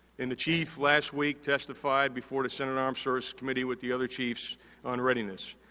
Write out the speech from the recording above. and, the chief last week testified before the senate armed services committee with the other chiefs on readiness.